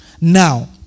Now